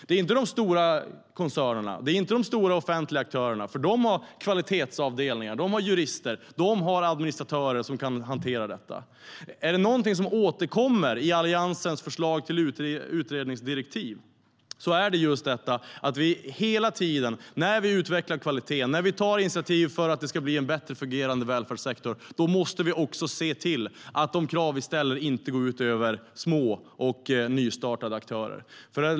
Det är inte de stora koncernerna eller de stora offentliga aktörerna som drabbas, för de har kvalitetsavdelningar, jurister och administratörer som kan hantera detta. Är det någonting som återkommer i Alliansens förslag till utredningsdirektiv är det just att vi när vi utvecklar kvaliteten och tar initiativ för att det ska bli en bättre fungerande välfärdssektor hela tiden måste se till att de krav vi ställer inte går ut över små och nystartade aktörer.